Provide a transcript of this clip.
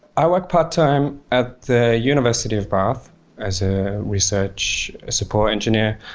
i work part-time at the university of perth as a research support engineer,